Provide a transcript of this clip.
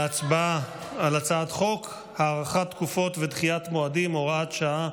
להצבעה על הצעת חוק הארכת תקופות ודחיית מועדים (הוראת שעה,